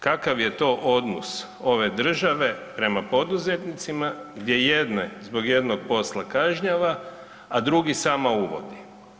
Kakav je to odnos ove države prema poduzetnicima gdje jedne zbog jednog posla kažnjava, a drugi sama uvodi?